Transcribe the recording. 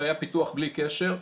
שהיה פיתוח בלי קשר.